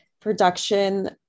production